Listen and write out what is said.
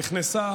נכנסה?